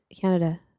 Canada